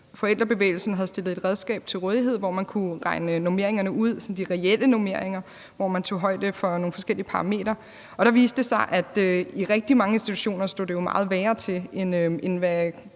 Forældrebevægelsen havde stillet et redskab til rådighed, hvor man kunne regne normeringerne ud, altså de reelle normeringer, hvor man tog højde for nogle forskellige parametre. Der viste det sig, at i rigtig mange institutioner stod det meget værre til, end hvad